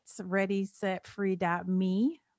readysetfree.me